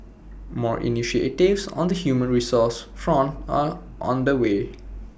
more initiatives on the human resources front are under way